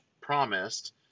promised